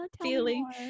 Feeling